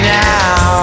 now